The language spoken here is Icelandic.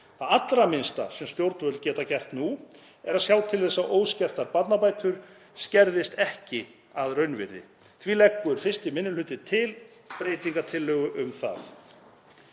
Það allra minnsta sem stjórnvöld geta gert nú er að sjá til þess að óskertar barnabætur skerðist ekki að raunvirði. Því leggur 1. minni hluti til breytingartillögu um það.